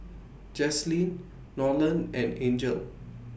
Jaslene Nolen and Angel